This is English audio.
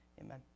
Amen